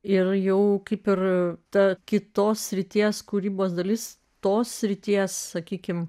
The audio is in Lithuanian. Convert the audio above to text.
ir jau kaip ir ta kitos srities kūrybos dalis tos srities sakykime